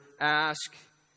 ask